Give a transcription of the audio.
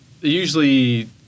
usually